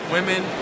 Women